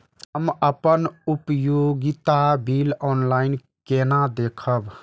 हम अपन उपयोगिता बिल ऑनलाइन केना देखब?